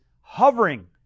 hovering